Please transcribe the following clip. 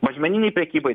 mažmeninėj prekyboj